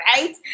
right